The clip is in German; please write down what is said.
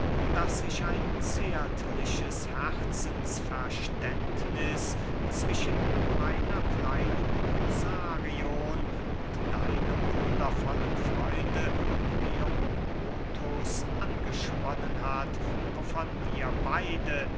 daß sich ein zärtliches herzensverständniß zwischen meiner kleinen musarion und deinem wundervollen freunde kleombrotus angesponnen hat wovon wir beide